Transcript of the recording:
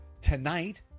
tonight